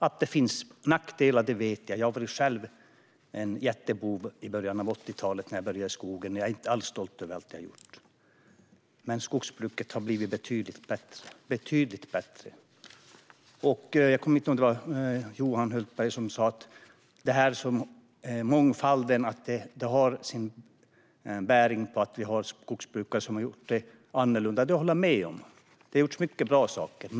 Att det finns nackdelar vet jag. Jag var själv en jättebov när jag började i skogen i början av 80-talet. Jag är inte alls stolt över allt jag har gjort. Men skogsbruket har blivit betydligt bättre sedan dess. Jag tror att det var Johan Hultberg som sa att mångfalden har bäring på att det finns skogsbrukare som har gjort det annorlunda. Det håller jag med om. Det har gjorts mycket bra saker.